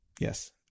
Yes